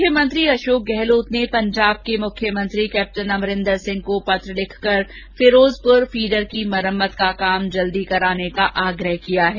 मुख्यमंत्री अशोक गहलोत ने पंजाब के मुख्यमंत्री कैप्टन अमरिंदर सिंह को पत्र लिखकर फिरोजपुर फीडर की मरम्मत का काम जल्दी कराने का आग्रह किया है